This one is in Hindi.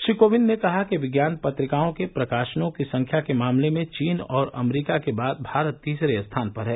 श्री कोविंद ने कहा कि विज्ञान पत्रिकाओं के प्रकाशनों की संख्या के मामले में चीन और अमरीका के बाद भारत तीसरे स्थान पर है